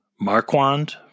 Marquand